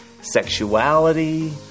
sexuality